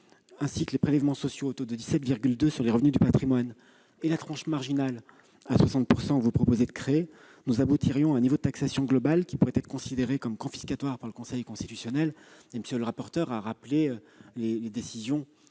ainsi que les prélèvements sociaux au taux de 17,2 % sur les revenus du patrimoine et la tranche marginale à 60 % que vous proposez de créer, nous aboutirions à un niveau de taxation global qui pourrait être considéré comme confiscatoire par le Conseil constitutionnel. À cet égard, M. le rapporteur général a rappelé les décisions